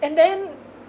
and then